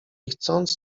chcąc